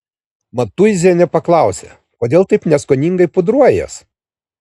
matuizienė paklausė kodėl taip neskoningai pudruojies